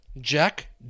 Jack